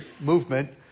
movement